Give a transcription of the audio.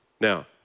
Now